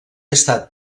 estat